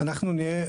אנחנו נהיה,